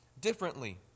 differently